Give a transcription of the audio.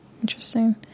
interesting